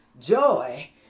joy